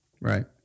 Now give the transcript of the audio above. right